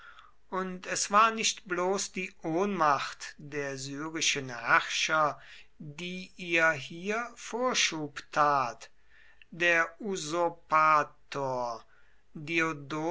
und es war nicht bloß die ohnmacht der syrischen herrscher die ihr hier vorschub tat der